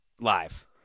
live